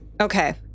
Okay